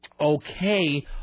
okay